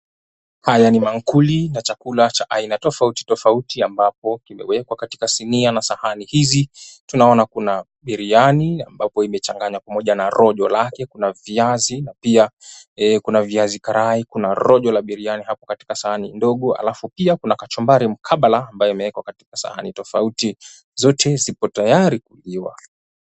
Haya ni maakuli ya chakula cha aina tofauti tofauti tofauti, ambapo kimewekwa katika sinia na sahani hizi. Tunaona kuna biriani ambapo imechanganywa pamoja na rojo lake, kuna viazi na pia kuna viazi karai. Kuna rojo la biriani hapo katika sahani ndogo, halafu pia kuna kachumbari mkabala ambayo imewekwa katika sahani tofauti. Zote zipo tayari kuliwa.